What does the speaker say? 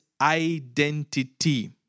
identity